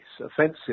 offensive